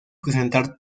presentar